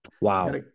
Wow